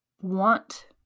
want